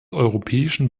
europäischen